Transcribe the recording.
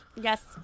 Yes